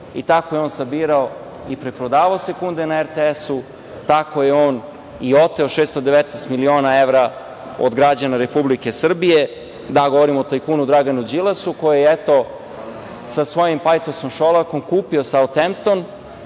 i tako je on sabirao i preprodavao sekunde na RTS-u, tako je on i oteo 619 miliona evra od građana Republike Srbije. Da, govorim o tajkunu Draganu Đilasu koji je, eto, sa svojim pajtosom Šolakom kupio Sautempton